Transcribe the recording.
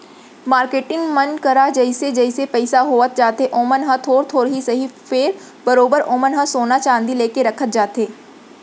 marketing मन करा जइसे जइसे पइसा होवत जाथे ओमन ह थोर थोर ही सही फेर बरोबर ओमन ह सोना चांदी लेके रखत जाथे